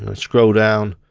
ah scroll down